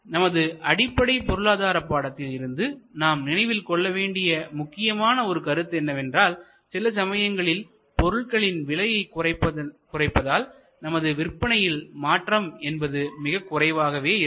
நமது அடிப்படை பொருளாதாரப் பாடத்தில் இருந்து நாம் நினைவில் கொள்ள வேண்டிய முக்கியமான ஒரு கருத்து என்னவென்றால்சில சமயங்களில் பொருட்களின் விலையை குறைப்பதால் நமது விற்பனையில் மாற்றம் என்பது மிகக் குறைவாகவே இருக்கும்